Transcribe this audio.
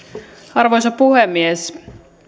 arvoisa puhemies